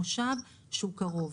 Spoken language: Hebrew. מושב שהוא קרוב.